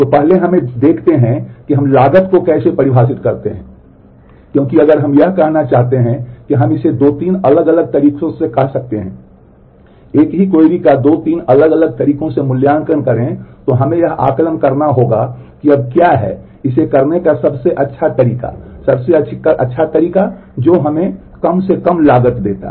तो पहले हमें देखते हैं कि हम लागत को कैसे परिभाषित करते हैं क्योंकि अगर हम यह कहना चाहते हैं कि हम इसे 2 3 अलग अलग तरीकों से कह सकते हैं एक ही क्वेरी का 2 3 अलग अलग तरीकों से मूल्यांकन करें तो हमें यह आकलन करना होगा कि अब क्या है इसे करने का सबसे अच्छा तरीका सबसे अच्छा तरीका है जो हमें कम से कम लागत देता है